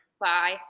Bye